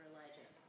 Elijah